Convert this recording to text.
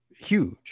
huge